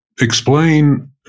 explain